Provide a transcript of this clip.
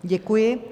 Děkuji.